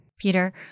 Peter